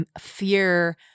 fear